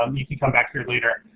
um you can come back here later.